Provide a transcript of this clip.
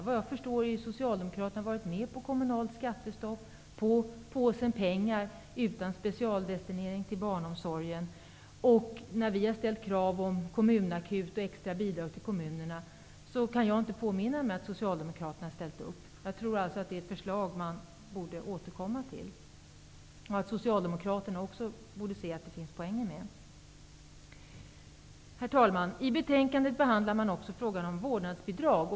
Såvitt jag förstår har Socialdemokraterna varit med på kommunalt skattestopp och en påse pengar utan specialdestinering till barnomsorgen. När vi har ställt krav på kommunakut och extra bidrag till kommunerna kan jag inte påminna mig att Socialdemokraterna skulle ha ställt upp. Jag tror att det är förslag man borde återkomma till. Socialdemokraterna borde också se att det finns poänger med förslagen. Herr talman! I betänkandet behandlas också frågan om vårdnadsbidrag.